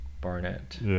Barnett